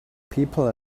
people